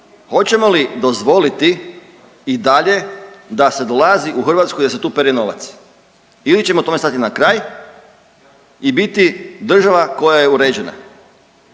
Hoćemo li dozvoli i dalje da se dolazi u Hrvatsku i da se tu pere novac ili ćemo tome stati na kraj i biti država koja je uređena?